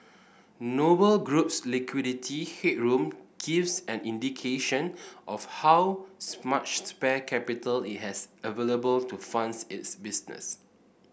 Noble Group's liquidity headroom gives an indication of how much spare capital it has available to funds its business